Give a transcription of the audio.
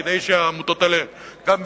כדי שהעמותות האלה גם,